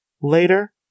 Later